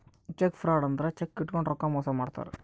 check fraud ಅಂದ್ರ cheque ಇಟ್ಕೊಂಡು ರೊಕ್ಕ ಮೋಸ ಮಾಡ್ತಾರ